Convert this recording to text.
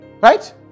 Right